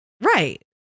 Right